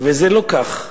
זה לא כך.